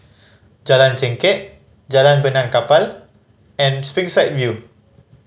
Jalan Chengkek Jalan Benaan Kapal and Springside View